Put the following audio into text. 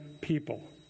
people